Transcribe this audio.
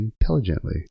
intelligently